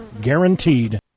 Guaranteed